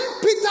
Peter